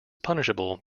punishable